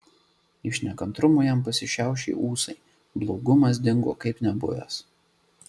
iš nekantrumo jam pasišiaušė ūsai blogumas dingo kaip nebuvęs